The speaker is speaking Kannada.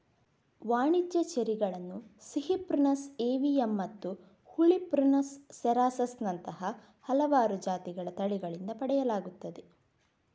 ವಾಣಿಜ್ಯ ಚೆರ್ರಿಗಳನ್ನು ಸಿಹಿ ಪ್ರುನಸ್ ಏವಿಯಮ್ಮತ್ತು ಹುಳಿ ಪ್ರುನಸ್ ಸೆರಾಸಸ್ ನಂತಹ ಹಲವಾರು ಜಾತಿಗಳ ತಳಿಗಳಿಂದ ಪಡೆಯಲಾಗುತ್ತದೆ